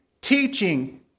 teaching